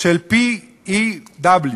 של Pew,